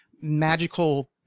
magical